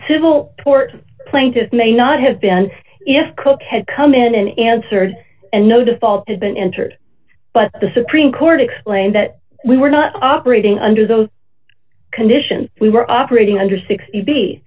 civil court plaintiffs may not have been if cook had come in and answered and no default had been entered but the supreme court explained that we were not operating under those conditions we were operating under sixty b